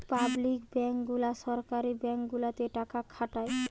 public bank গুলা সরকারি bank গুলাতে টাকা খাটায়